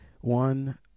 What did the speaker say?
one